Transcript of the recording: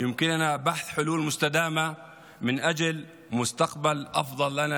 אנחנו יכולים לדון בפתרונות ארוכי טווח למען עתיד טוב יותר עבור כולנו,